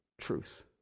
truth